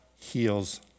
heals